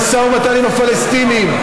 למשא ומתן עם הפלסטינים.